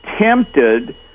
tempted